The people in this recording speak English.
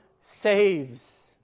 saves